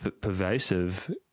pervasive